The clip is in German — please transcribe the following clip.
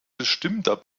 bestimmter